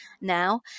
now